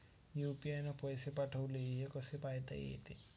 UPI न पैसे पाठवले, ते कसे पायता येते?